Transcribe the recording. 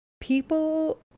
people